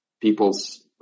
people's